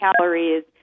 calories